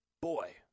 Boy